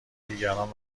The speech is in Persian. دیگران